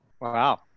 Wow